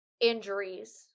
injuries